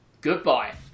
goodbye